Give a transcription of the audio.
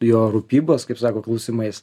jo rūpybos kaip sako klausimais